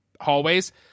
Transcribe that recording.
hallways